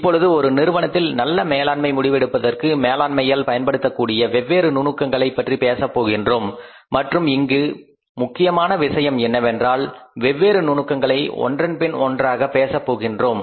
இப்பொழுது ஒரு நிறுவனத்தில் நல்ல மேலாண்மை முடிவு எடுப்பதற்கு மேலாண்மையால் பயன்படுத்தக்கூடிய வெவ்வேறு நுணுக்கங்களைப் பற்றி பேசப் போகின்றோம் மற்றும் இங்கு முக்கியமான விஷயம் என்னவென்றால் வெவ்வேறு நுணுக்கங்களைப் ஒன்றன் பின் ஒன்றாக பேசப் போகின்றோம்